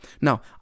Now